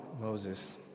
Moses